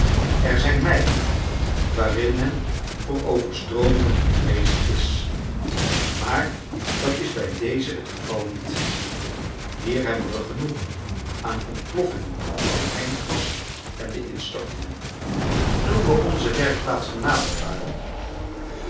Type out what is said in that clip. er zijn mijnen waarin men voor overstroomingen bevreesd is maar dat is bij deze het geval niet hier hebben we genoeg aan ontploffingen van het mijngas en de instortingen toen wij onze werkplaats genaderd waren